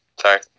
Sorry